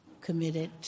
committed